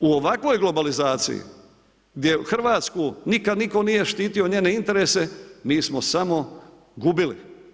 U ovakvoj globalizaciji gdje Hrvatsku nikad nitko nije štitio njene interese, mi smo samo gubili.